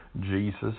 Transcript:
Jesus